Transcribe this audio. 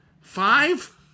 Five